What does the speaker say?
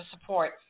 support